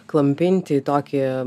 klampinti į tokį